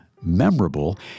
memorable